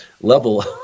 level